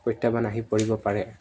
প্ৰত্যাহ্বান আহি পৰিব পাৰে